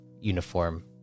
uniform